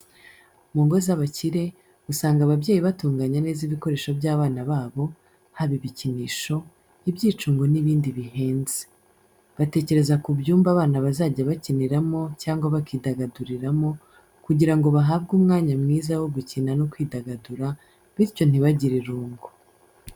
Mu ngo z’abakire, usanga ababyeyi batunganya neza ibikoresho by’abana babo, haba ibikinisho, ibyicungo n’ibindi bihenze. Batekereza ku byumba abana bazajya bakiniramo cyangwa bakidagaduriramo kugira ngo bahabwe umwanya mwiza wo gukina no kwidagadura, bityo ntibagire irungu.